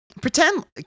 Pretend